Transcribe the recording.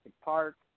Park